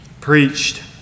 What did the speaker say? preached